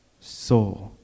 soul